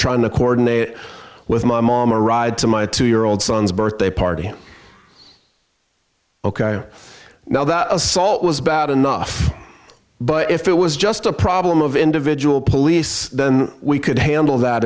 trying to coordinate with my mom a ride to my two year old son's birthday party ok now that assault was bad enough but if it was just a problem of individual police then we could handle that